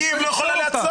כי היא לא יכולה לעצור,